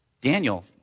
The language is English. Daniel